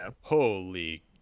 holy